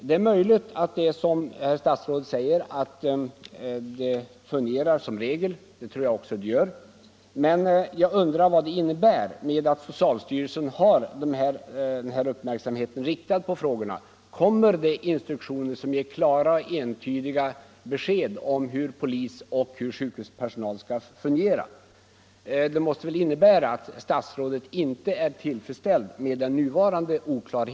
Det är möjligt att systemet, som statsrådet säger, som regel fungerar — och det tror jag också att det gör — men jag undrar vad statsrådets uttalande innebär att socialstyrelsen har uppmärksamheten riktad på frågorna. Kommer det instruktioner som ger klara och entydiga besked om hur polis och sjukhuspersonal i sådana situationer skall fungera?